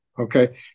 okay